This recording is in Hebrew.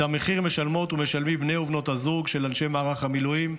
את המחיר משלמות ומשלמים בני ובנות הזוג של אנשי מערך המילואים,